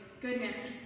goodness